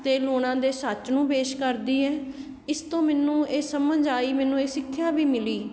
ਅਤੇ ਲੂਣਾ ਦੇ ਸੱਚ ਨੂੰ ਪੇਸ਼ ਕਰਦੀ ਹੈ ਇਸ ਤੋਂ ਮੈਨੂੰ ਇਹ ਸਮਝ ਆਈ ਮੈਨੂੰ ਇਹ ਸਿੱਖਿਆ ਵੀ ਮਿਲੀ